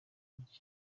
muke